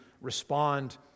respond